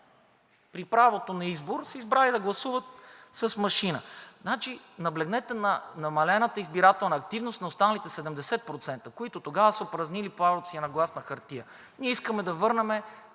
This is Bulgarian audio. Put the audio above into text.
при правото на избор са избрали да гласуват с машина. Наблегнете на намалената избирателна активност на останалите 70%, които тогава са упражнили правото си на глас на хартия. Ние искаме да върнем